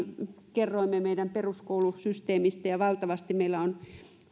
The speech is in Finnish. kerroimme meidän peruskoulusysteemistä valtavasti meillä on